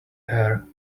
air